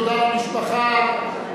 תודה למשפחה,